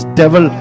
devil